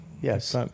Yes